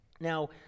Now